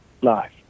live